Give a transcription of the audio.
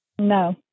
No